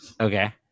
Okay